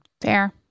fair